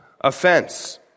offense